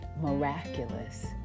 miraculous